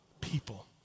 people